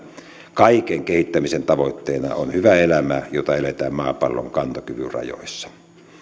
kaiken kehittämisen tavoitteena on hyvä elämä jota eletään maapallon kantokyvyn rajoissa